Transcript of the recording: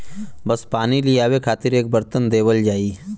बस पानी लियावे खातिर एक बरतन देवल जाई